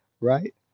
right